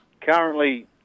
currently